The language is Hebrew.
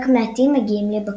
רק מעטים מגיעים לבגרות.